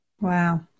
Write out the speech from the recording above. wow